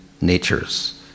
natures